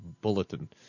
bulletin